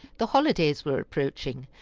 the holidays were approaching,